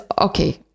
okay